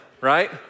right